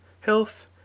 health